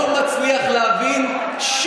לא מצליח להבין.